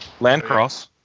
Landcross